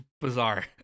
bizarre